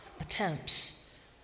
attempts